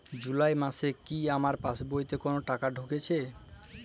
জুলাই মাসে কি আমার পাসবইতে কোনো টাকা ঢুকেছে?